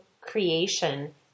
creation